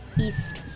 east